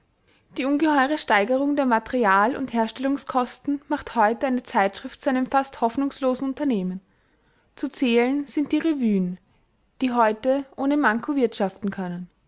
die ungeheure steigerung der material und herstellungskosten macht heute eine zeitschrift zu einem fast hoffnungslosen unternehmen zu zählen sind die revuen die heute ohne manko wirtschaften können